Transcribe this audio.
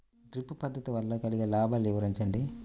Drip పద్దతి వల్ల కలిగే లాభాలు వివరించండి?